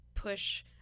push